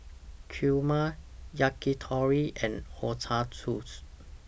Kheema Yakitori and Ochazuke